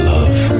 Love